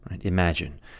Imagine